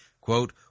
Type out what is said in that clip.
Quote